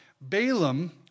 Balaam